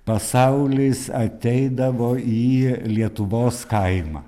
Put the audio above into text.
pasaulis ateidavo į lietuvos kaimą